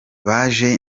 baje